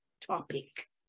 topic